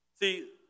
See